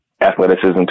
Athleticism